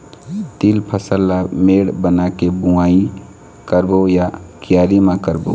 तील फसल ला मेड़ बना के बुआई करबो या क्यारी म करबो?